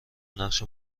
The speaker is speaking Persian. نقش